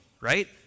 right